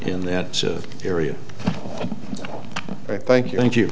that area thank you thank you